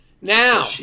Now